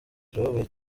turababaye